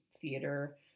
theater